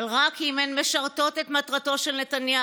אבל רק אם הן משרתות את מטרתו של נתניהו,